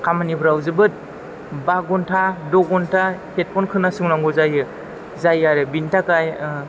खामानिफ्राव जोबोत बा घण्टा द' घण्टा हेदफन खोनासंनांगौ जायो जायो आरो बेनि थाखाय